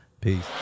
Peace